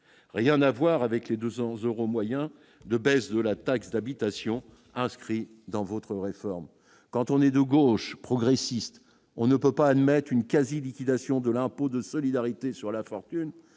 rien à voir avec les 2 ans Euro moyen de baisse de la taxe d'habitation inscrit dans votre réforme quand on est de gauche progressiste, on ne peut pas admettre une quasi-liquidation de l'impôt de solidarité sur la fortune,